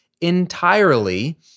entirely